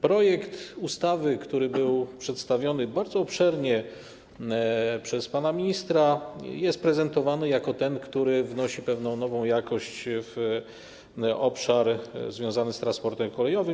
Projekt ustawy, który był przedstawiony bardzo obszernie przez pana ministra, jest prezentowany jako ten, który wnosi pewną nową jakość w obszar związany z transportem kolejowym.